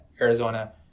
Arizona